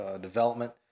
development